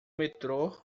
metrô